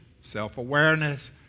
self-awareness